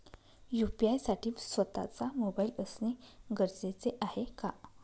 UPI साठी स्वत:चा mobile असणे गरजेचे आहे का?